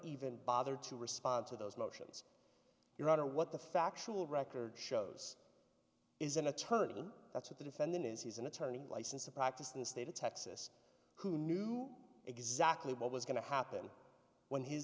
even bother to respond to those motions your honor what the factual record shows is an attorney that's what the defendant is he's an attorney license a practice in the state of texas who knew exactly what was going to happen when his